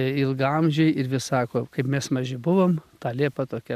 ilgaamžiai ir vis sako kaip mes maži buvom ta liepa tokia